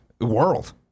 world